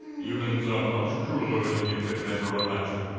humans are much crueler than you can ever imagine.